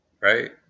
right